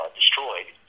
destroyed